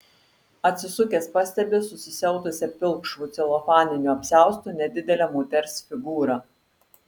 atsisukęs pastebi susisiautusią pilkšvu celofaniniu apsiaustu nedidelę moters figūrą